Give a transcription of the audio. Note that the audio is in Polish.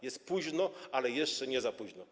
Jest późno, ale jeszcze nie za późno.